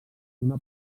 una